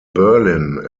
berlin